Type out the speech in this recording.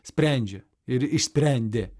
sprendžia ir išsprendė